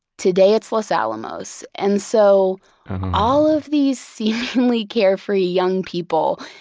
today it's los alamos. and so all of these seemingly carefree young people,